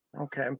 Okay